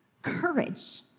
Courage